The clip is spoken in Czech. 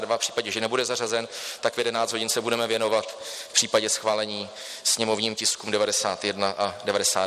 V případě, že nebude zařazen, tak se v 11 hodin budeme věnovat v případě schválení sněmovním tiskům 91 a 92.